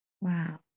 Wow